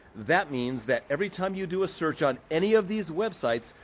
that means that every time you do a search on any of these websites,